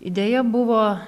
idėja buvo